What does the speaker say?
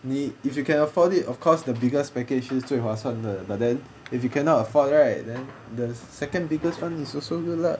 你 if you can afford it of course the biggest packages 是最划算的 but then if you cannot afford right then the second biggest one is also good lah